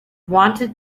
wanted